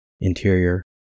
Interior